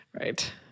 Right